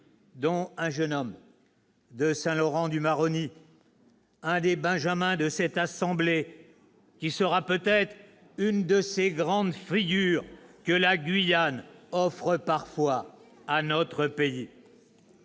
dont un jeune homme de Saint-Laurent-du-Maroni, un des benjamins de cette assemblée, qui sera peut-être une de ces grandes figures que la Guyane offre parfois à notre pays.